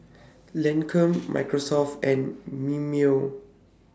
Lancome Microsoft and Mimeo